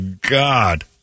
God